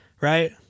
right